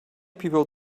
people